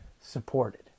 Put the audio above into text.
supported